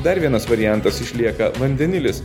dar vienas variantas išlieka vandenilis